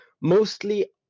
mostly